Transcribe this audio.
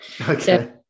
okay